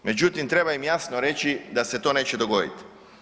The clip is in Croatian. Međutim, treba im jasno reći da se to neće dogodit.